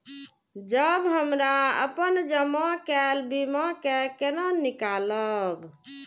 जब हमरा अपन जमा केल बीमा के केना निकालब?